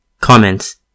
Comments